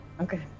okay